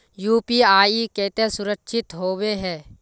UPI केते सुरक्षित होबे है?